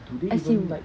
as in